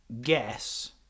Guess